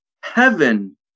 heaven